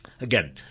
Again